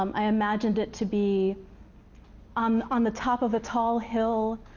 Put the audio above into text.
um i imagined it to be on on the top of a tall hill,